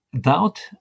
doubt